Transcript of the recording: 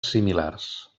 similars